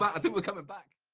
i think we're coming back.